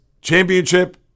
championship